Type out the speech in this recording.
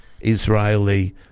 Israeli